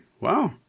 Wow